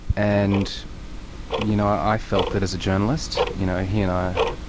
and you know, i felt that as a journalist, you know, he and i.